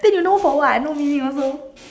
then you know for what no meaning also